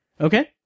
Okay